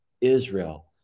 Israel